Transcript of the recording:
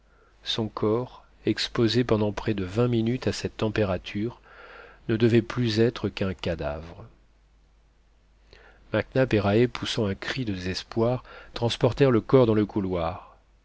son corps exposé pendant près de vingt minutes à cette température ne devait plus être qu'un cadavre mac nap et rae poussant un cri de désespoir transportèrent le corps dans le couloir